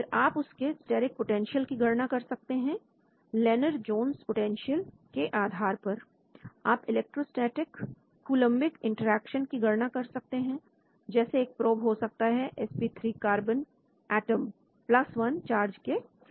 फिर आप उसके स्टेरिक पोटेंशियल की गणना कर सकते हैं लेनार जोंस पोटेंशियल के आधार पर आप इलेक्ट्रोस्टेटिक कूलंबिक इंटरेक्शन की गणना कर सकते हैं जैसे एक प्रोब हो सकता है sp3 carbon atom plus 1 charge के साथ